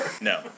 No